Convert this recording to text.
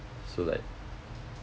so like